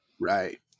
Right